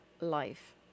life